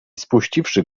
spuściwszy